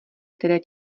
které